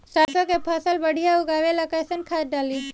सरसों के फसल बढ़िया उगावे ला कैसन खाद डाली?